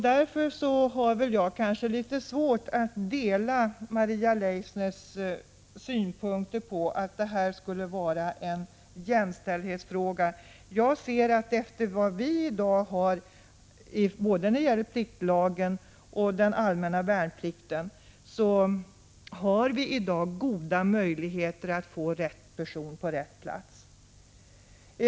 Därför har jag litet svårt att dela Maria Leissners synpunkter på att detta skulle vara en jämställdhetsfråga. Som jag ser det har vi när det gäller både pliktlagen och den allmänna värnplikten i dag goda möjligheter att få rätt person på rätt plats.